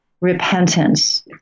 repentance